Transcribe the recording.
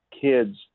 kids